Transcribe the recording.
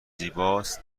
زیباست